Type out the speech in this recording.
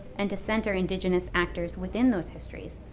and to center indigenous actors within those histories,